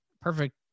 Perfect